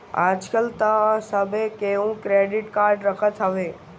आजकल तअ सभे केहू क्रेडिट कार्ड रखत हवे